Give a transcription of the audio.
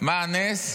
מה הנס?